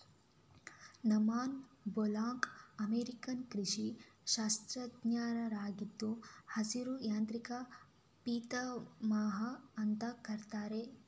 Norman Borlaug American ಕೃಷಿ ಶಾಸ್ತ್ರಜ್ಞರಾಗಿದ್ದು ಹಸಿರು ಕ್ರಾಂತಿಯ ಪಿತಾಮಹ ಅಂತ ಕರೀತಾರೆ